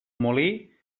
molí